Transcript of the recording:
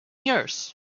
years